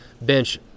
bench